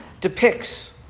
depicts